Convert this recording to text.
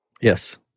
yes